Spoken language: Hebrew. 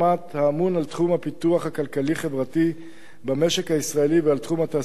האמון על תחום הפיתוח הכלכלי-חברתי במשק הישראלי ועל תחום התעסוקה,